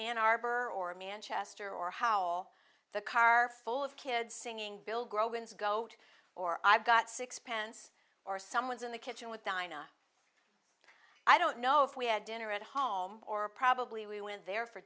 ann arbor or manchester or howell the car full of kids singing build go out or i've got sixpence or someone's in the kitchen with dinah i don't know if we had dinner at home or probably we went there for